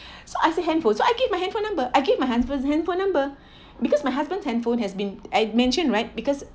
so I said handphone so I give my handphone number I give my husband handphone number because my husband handphone has been I mentioned right because